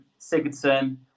Sigurdsson